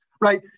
right